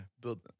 build